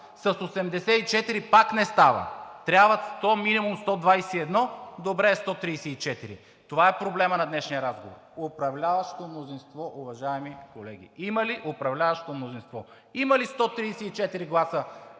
С 84 пак не става. Трябват минимум 121, добре е 134. Това е проблемът на днешния разговор – управляващо мнозинство, уважаеми колеги. Има ли управляващо мнозинство? Има ли 134 гласа